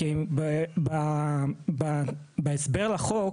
כי בהסבר לחוק,